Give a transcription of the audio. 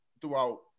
throughout